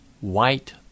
white